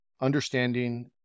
understanding